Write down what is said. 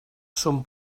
són